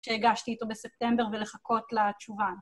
שהגשתי איתו בספטמבר ולחכות לתשובה.